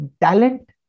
talent